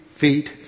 feet